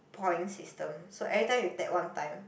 points system so every time you tap one time